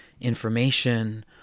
information